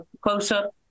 close-up